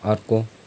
अर्को